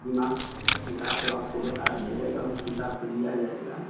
demand हिसाब तो आपको बता दिया जाएगा उस हिसाब से लिया जाएगा